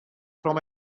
from